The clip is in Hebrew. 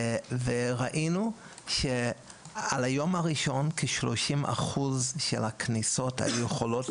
ראינו שעל היום הראשון כ-30 אחוז מהכניסות היו יכולות